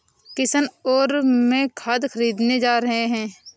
किशन और मैं खाद खरीदने जा रहे हैं